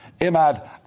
Imad